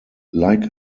like